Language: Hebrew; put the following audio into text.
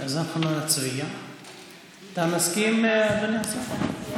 אתה מסכים, אדוני השר?